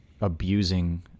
abusing